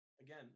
Again